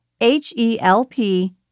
H-E-L-P